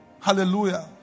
Hallelujah